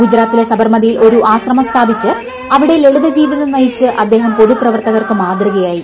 ഗുജറാത്തിലെ സബർമതിയിൽ ഒരു ആശ്രമം സ്ഥാപിച്ച് അവിടെ ലളിൽ ്ജീവിതം നയിച്ച് അദ്ദേഹം പൊതുപ്രവർത്തകർക്കു ് മാതൃകയായി